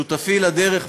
שותפי לדרך,